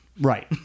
Right